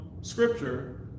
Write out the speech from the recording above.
scripture